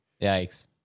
Yikes